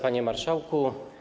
Panie Marszałku!